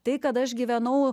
tai kad aš gyvenau